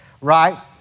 right